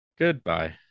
Goodbye